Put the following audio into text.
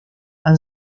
han